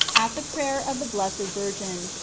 at the prayer of the blessed virgin,